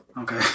Okay